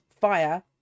fire